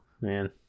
Man